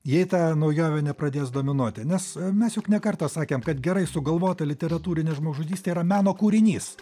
jei ta naujovė nepradės dominuoti nes mes juk ne kartą sakėm kad gerai sugalvota literatūrinė žmogžudystė yra meno kūrinys